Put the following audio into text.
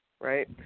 right